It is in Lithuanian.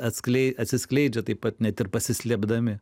atsiskleidžia taip pat net ir pasislėpdami